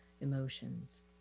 emotions